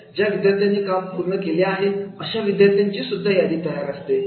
ज्या विद्यार्थ्यांनी काम पूर्ण केले आहे अशा विद्यार्थ्यांची सुद्धा यादी तयार असते